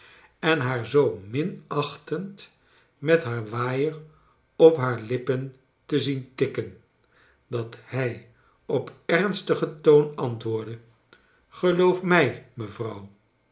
en haar zoo minachtend met haar waaier op haar lippen te zien tikken dat hij op ernstigen toon antwoordde geloof mij mevrouw